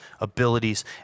abilities